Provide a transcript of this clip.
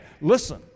listen